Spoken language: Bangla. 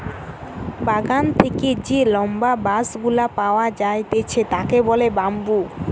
বাগান থেকে যে লম্বা বাঁশ গুলা পাওয়া যাইতেছে তাকে বলে বাম্বু